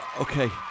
Okay